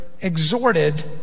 exhorted